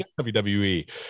WWE